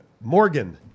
Morgan